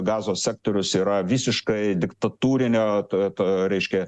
gazos sektorius yra visiškai diktatūrinio to to reiškia